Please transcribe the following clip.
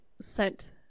sent